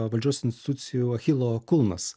valdžios institucijų achilo kulnas